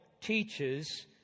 teaches